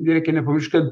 reikia nepamiršt kad